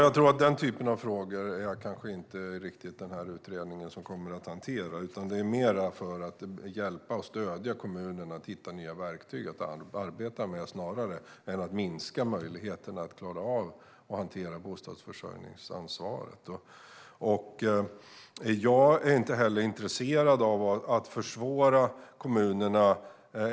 Herr talman! Ja, det är kanske inte riktigt den typen av frågor som denna utredning kommer att hantera. Det handlar mer om att hjälpa och stödja kommunen och att hitta nya verktyg att arbeta med än att minska möjligheten att klara av att hantera bostadsförsörjningsansvaret. Jag är inte heller intresserad av att försvåra för kommunerna.